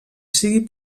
sigui